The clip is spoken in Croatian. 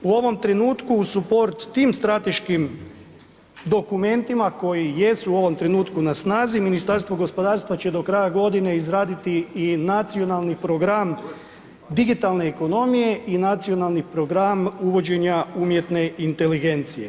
U ovom trenutku u support tim strateškim dokumentima koji jesu u ovom trenutku na snazi Ministarstvo gospodarstva će do kraja godine izraditi i nacionalni program digitalne ekonomije i nacionalni program uvođenja umjetne inteligencije.